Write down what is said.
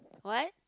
what